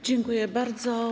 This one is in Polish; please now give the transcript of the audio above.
Dziękuję bardzo.